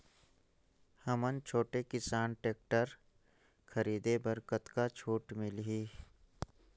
हमन छोटे किसान टेक्टर खरीदे बर कतका छूट मिलही?